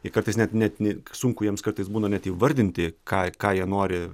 ir kartais net net sunku jiems kartais būna net įvardinti ką ką jie nori